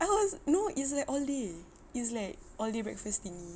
I was no it's like all day it's like all day breakfast thingy